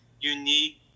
unique